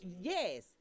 Yes